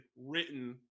written